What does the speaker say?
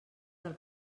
del